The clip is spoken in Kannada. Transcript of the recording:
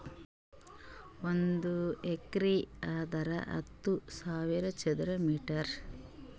ಒಂದ್ ಹೆಕ್ಟೇರ್ ಅಂದರ ಹತ್ತು ಸಾವಿರ ಚದರ ಮೀಟರ್